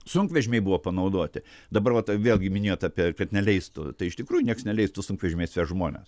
sunkvežimiai buvo panaudoti dabar vat vėlgi minėjot apie kad neleistų tai iš tikrųjų nieks neleistų sunkvežimiuose žmones